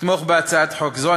לתמוך בהצעת חוק זו.